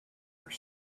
are